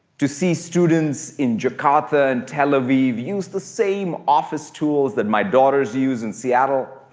to see students in jakarta and tel aviv use the same office tools that my daughters use in seattle.